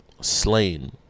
slain